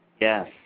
Yes